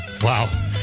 wow